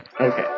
Okay